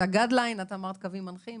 זה הקווים המנחים.